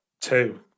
Two